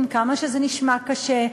עם כמה שזה נשמע קשה,